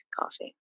coffee